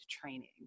training